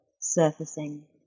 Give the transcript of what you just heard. surfacing